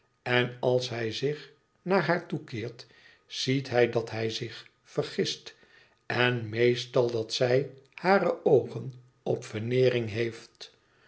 en als hij zich naar haar toekeert ziet hij dat hij zich vergist en meestal dat zij hare oogen op veneering heeft